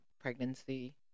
pregnancy